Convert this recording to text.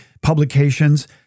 publications